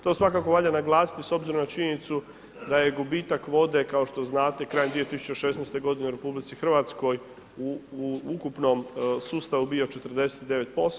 To svakako valja naglasiti s obzirom na činjenicu da je gubitak vode, kao što znate krajem 2016. g. u RH u ukupnom sustavu bio 49%